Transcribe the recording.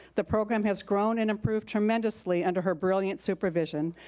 the program has grown and improved tremendously under her brilliant supervision.